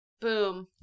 Boom